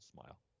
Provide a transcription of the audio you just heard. Smile